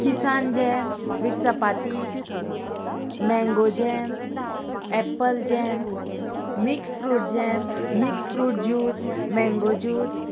Kisan jam with chapati mango jam apple jam mix fruit jam mix fruit juice mango juice